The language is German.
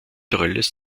kulturelles